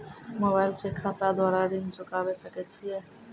Mobile से खाता द्वारा ऋण चुकाबै सकय छियै?